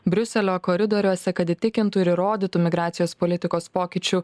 briuselio koridoriuose kad įtikintų ir įrodytų migracijos politikos pokyčių